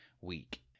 week